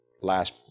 last